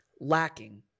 lacking